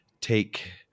take